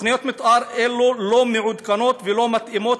תוכניות המתאר היו לא מעודכנות ולא מתאימות.